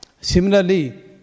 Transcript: Similarly